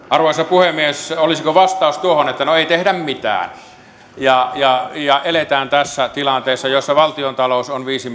arvoisa puhemies olisiko vastaus tuohon että no ei tehdä mitään ja ja eletään tässä tilanteessa jossa valtiontalous on viisi